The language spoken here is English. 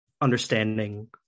understanding